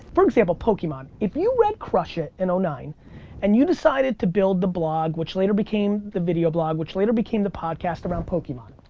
for example, pokemon. if you read crush it! in nine and you decided to build a blog which later became the video blog which later became the podcast around pokemon.